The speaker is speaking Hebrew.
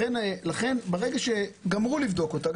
לכן כאשר גמרו לבדוק אותה,